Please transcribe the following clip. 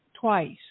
twice